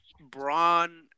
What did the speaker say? Braun